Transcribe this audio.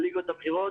אלה הליגות הבכירות,